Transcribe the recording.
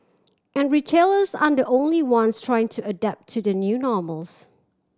and retailers aren't the only ones trying to adapt to the new normals